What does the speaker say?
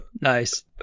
Nice